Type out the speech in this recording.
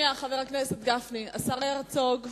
למעשה, השר הרצוג.